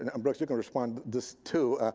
and, um brooks, you can respond to this too.